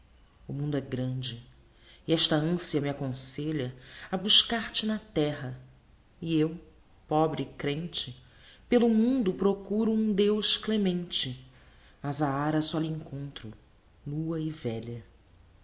o mundo é grande e esta ancia me aconselha a buscar-te na terra e eu pobre crente pelo mundo procuro um deus clemente mas a ara só lhe encontro nua e velha